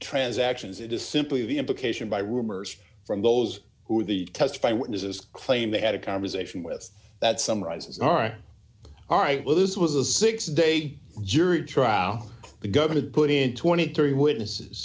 transactions it is simply the implication by rumors from those who are the testify witnesses claim they had a conversation with that summarises are all right well this was a six day jury trial the government put in twenty three witnesses